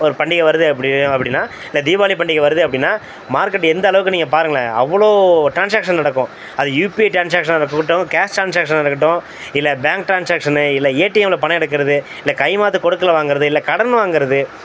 ஒரு பண்டிகை வருது அப்படி அப்படின்னா இல்லை தீபாவளி பண்டிகை வருது அப்படின்னா மார்க்கெட்டு எந்த அளவுக்கு நீங்கள் பாருங்களேன் அவ்வளோ ட்ரான்சேக்ஷன் நடக்கும் அது யூபிஐ ட்ரான்சேக்ஷனாக இருக்கட்டும் கேஷ் ட்ரான்சேக்ஷனாக இருக்கட்டும் இல்லை பேங்க் ட்ரான்சேக்ஷனு இல்லை ஏடிஎம்மில பணம் எடுக்கறது இல்லை கைமாற்று கொடுக்கல் வாங்கறது இல்லை கடன் வாங்கறது